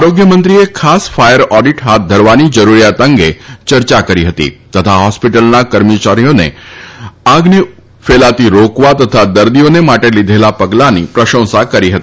આરોગ્યમંત્રીએ ખાસ fire audit હાથ ધરવાની જરૂરીયાત અંગે યર્યા કરી હતી તથા હોસ્પિટલના કર્માચારીઓએ આગને ફેલાતી રોકવા તથા દર્દીઓને માટે લીધેલા પગલાંની પ્રશંસા કરી હતી